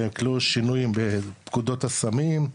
שהטילו שינויים בפקודות הסמים,